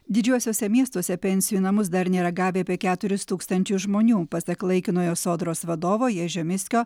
didžiuosiuose miestuose pensijų į namus dar nėra gavę apie keturis tūkstantis žmonių pasak laikinojo sodros vadovo ježio miskio